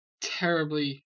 Terribly